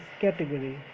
category